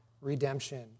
redemption